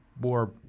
more